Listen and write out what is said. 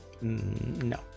no